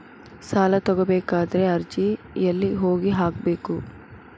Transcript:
ಸಾಲ ತಗೋಬೇಕಾದ್ರೆ ಅರ್ಜಿ ಎಲ್ಲಿ ಹೋಗಿ ಹಾಕಬೇಕು?